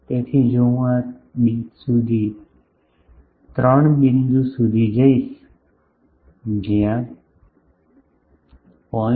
તેથી જો હું આ 3 બિંદુ સુધી જઈશ જ્યાં 0